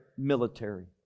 Military